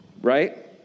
right